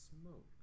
smoke